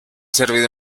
servido